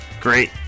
Great